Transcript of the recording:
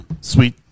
Sweet